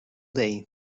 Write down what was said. day